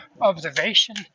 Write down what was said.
observation